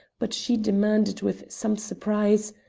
but she demanded with some surprise,